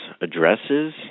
addresses